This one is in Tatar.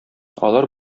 алар